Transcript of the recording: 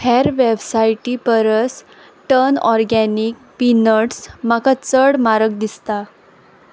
हेर वेबसायटी परस टर्न ऑर्गेनिक पिनट्स म्हाका चड म्हारग दिसता